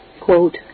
quote